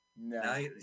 No